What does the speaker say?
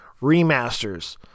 remasters